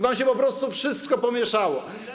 Wam się po prostu wszystko pomieszało.